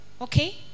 Okay